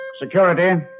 Security